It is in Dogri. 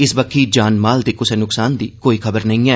इस बक्खी जान माल दे नुक्सान दी कोई खबर नेईं ऐ